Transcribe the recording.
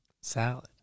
salad